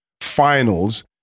finals